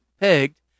pegged